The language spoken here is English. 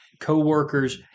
co-workers